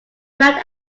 mount